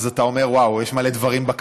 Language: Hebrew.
אז אתה אומר: וואו, יש דברים בקנה.